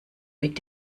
mit